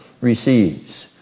receives